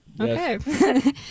Okay